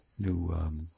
new